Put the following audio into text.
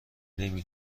نمی